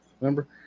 Remember